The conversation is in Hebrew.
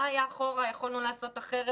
מה היה אחורה ומה יכולנו לעשות אחרת?